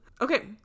Okay